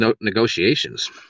negotiations